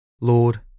Lord